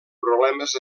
problemes